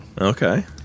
Okay